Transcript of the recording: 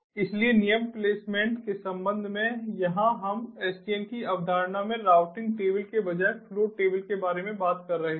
इसलिए नियम प्लेसमेंट के संबंध में यहां हम SDN की अवधारणा में राउटिंग टेबल के बजाय फ्लो टेबल के बारे में बात कर रहे हैं